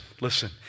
listen